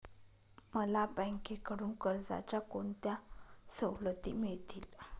मला बँकेकडून कर्जाच्या कोणत्या सवलती मिळतील?